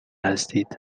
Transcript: هستید